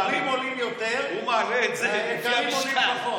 הזולים עולים יותר, היקרים עולים פחות.